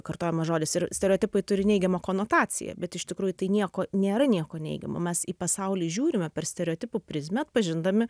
kartojamas žodis ir stereotipai turi neigiamą konotaciją bet iš tikrųjų tai nieko nėra nieko neigiamo mes į pasaulį žiūrime per stereotipų prizmę atpažindami